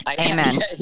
Amen